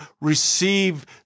receive